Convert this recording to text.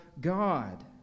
God